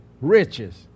riches